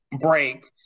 break